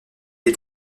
est